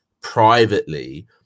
privately